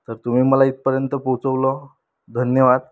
तर तुम्ही मला इथपर्यंत पोचवलं धन्यवाद